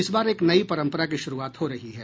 इस बार एक नई परंपरा की शुरूआत हो रही है